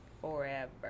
Forever